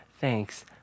Thanks